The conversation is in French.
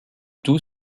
tout